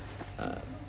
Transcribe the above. uh